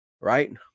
right